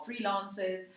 freelancers